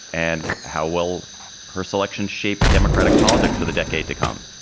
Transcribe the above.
and how will her selection shape democratic politics for the decade to come?